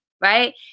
right